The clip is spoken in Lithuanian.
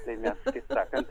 tai mes kaip sakant